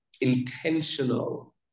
intentional